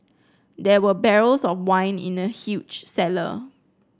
there were barrels of wine in the huge cellar